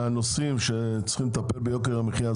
מכיוון שחלק גדול מהנושאים שצריכים לטפל ביוקר המחיה,